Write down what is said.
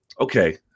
okay